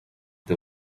the